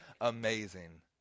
amazing